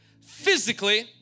physically